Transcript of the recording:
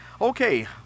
Okay